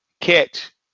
catch